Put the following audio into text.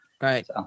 Right